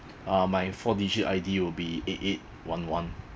uh my four digit I_D will be eight eight one one